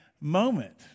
moment